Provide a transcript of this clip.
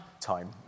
Time